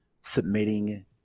submitting